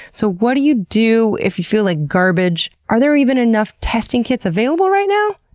so what do you do if you feel like garbage? are there even enough testing kits available right now?